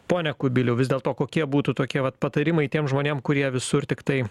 pone kubiliau vis dėl to kokie būtų tokie vat patarimai tiem žmonėm kurie visur tiktai